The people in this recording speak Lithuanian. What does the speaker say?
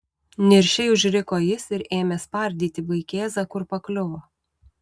niršiai užriko jis ir ėmė spardyti vaikėzą kur pakliuvo